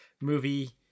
movie